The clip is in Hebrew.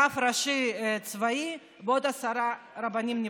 רב ראשי צבאי ועוד עשרה רבנים נבחרים.